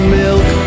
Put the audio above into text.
milk